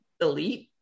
elite